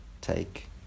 take